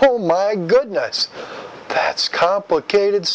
my goodness that's complicated